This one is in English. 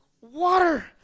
water